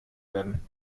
werden